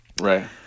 right